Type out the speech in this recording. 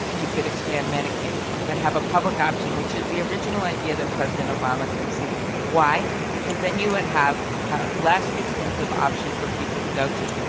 you could expand medicaid but have a public option, which is the original idea that president obama conceived. why? because then you would have a less expensive option for people to go to.